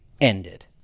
ended